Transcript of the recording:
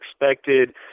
expected